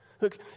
Look